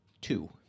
Two